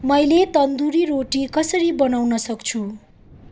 मैले तन्दुरी रोटी कसरी बनाउन सक्छु